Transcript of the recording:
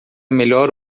melhor